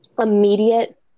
immediate